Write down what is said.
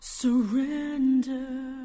surrender